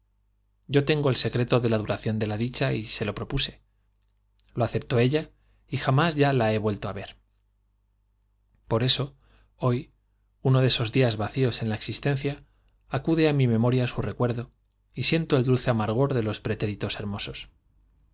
yo tengo el secreto de la duración de la dicha y se lo propuse lo aceptó ella y jamás ya la he vuelto ver por eso hoy uno de esos días vacíos en la exis tencia acude á m memoria su recuerdo y siento el dulce amargor de los pretéritos hermosos